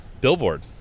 billboard